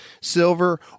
silver